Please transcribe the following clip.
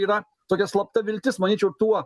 yra tokia slapta viltis manyčiau tuo